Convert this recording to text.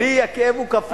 לי הכאב הוא כפול.